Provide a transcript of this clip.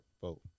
vote